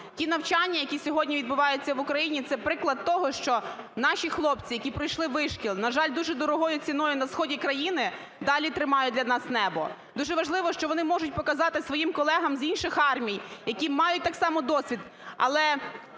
Ті навчання, які сьогодні відбуваються в Україні, - це приклад того, що наші хлопці, які пройшли вишкіл, на жаль, дуже дорогою ціною, на сході країни далі тримають для нас небо. Дуже важливо, що вони можуть показати своїм колегам з інших армій, які мають так само досвід,